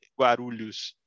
Guarulhos